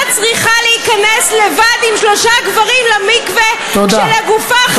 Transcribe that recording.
צריכה להיכנס לבד עם שלושה גברים למקווה כשלגופה חלוק?